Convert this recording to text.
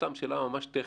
שאלה טכנית.